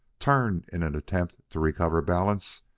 turned in an attempt to recover balance,